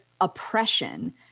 oppression